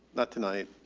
not tonight,